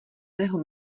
mého